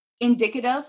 indicative